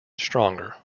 stronger